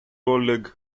oleg